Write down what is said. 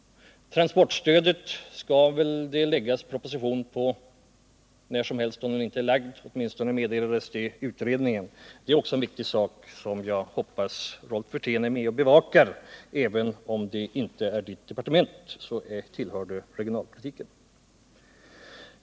Det skall läggas fram en proposition om transportstödet när som helst, om den inte redan är framlagd, åtminstone meddelades det i utredningen. Det är också en viktig sak som jag hoppas Rolf Wirtén är med och bevakar — även om det inte är hans departement så tillhör det regionalpolitiken.